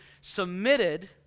submitted